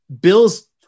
bill's